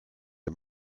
est